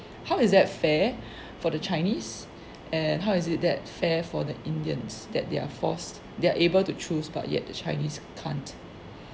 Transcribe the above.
how is that fair for the chinese and how is it that fair for the indians that they're forced they're able to choose but yet the chinese can't